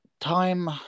time